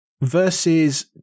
versus